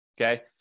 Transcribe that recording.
okay